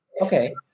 okay